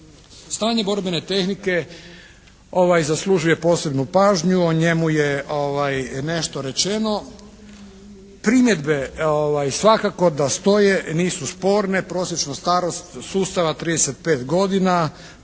Stanje borbene tehnike zaslužuje posebnu pažnju, o njemu je nešto rečeno. Primjedbe svakako da stoje, nisu sporne, prosječnu starost sustava 35 godina,